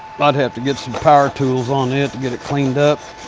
might have to get some power tools on it to get it cleaned up.